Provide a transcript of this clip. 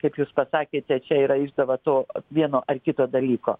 kaip jūs pasakėte čia yra išdava to vieno ar kito dalyko